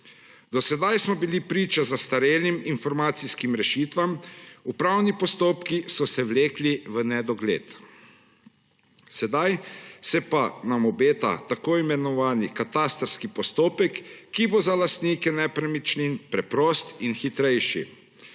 Do sedaj smo bili priča zastarelim informacijskim rešitvam, upravni postopki so se vlekli v nedogled. Sedaj se pa nam obeta tako imenovani katastrski postopek, ki bo za lastnike nepremičnin preprost in hitrejši.